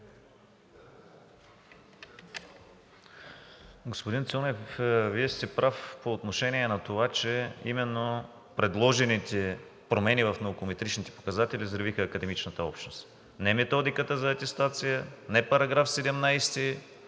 Господин Цонев, Вие сте прав по отношение на това, че именно предложените промени в наукометрични показатели взривиха академичната общност – не методиката за атестация, не § 17